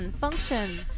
function